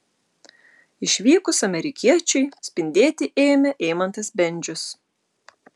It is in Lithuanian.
išvykus amerikiečiui spindėti ėmė eimantas bendžius